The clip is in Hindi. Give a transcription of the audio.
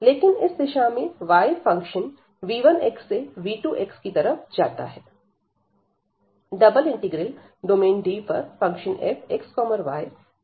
लेकिन इस दिशा में y फंक्शन v1 से v2 की तरफ जाता है